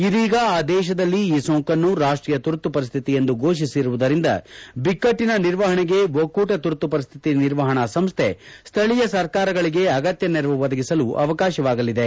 ಇದೀಗ ಆ ದೇಶದಲ್ಲಿ ಈ ಸೋಂಕನ್ನು ರಾಷ್ಟೀಯ ತುರ್ತು ಪರಿಶ್ಠಿತಿ ಎಂದು ಘೋಷಿಸಿರುವುದರಿಂದ ಬಿಕ್ಕಟ್ಟಿನ ನಿರ್ವಹಣೆಗೆ ಒಕ್ಕೂಟ ತುರ್ತು ಪರಿಸ್ಥಿತಿ ನಿರ್ವಹಣಾ ಸಂಸ್ಥೆ ಸ್ಥಳೀಯ ಸರ್ಕಾರಗಳಿಗೆ ಅಗತ್ಯ ನೆರವು ಒದಗಿಸಲು ಅವಕಾಶವಾಗಲಿವೆ